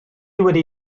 wedi